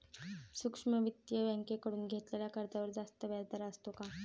सूक्ष्म वित्तीय बँकेकडून घेतलेल्या कर्जावर जास्त व्याजदर असतो का?